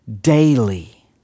daily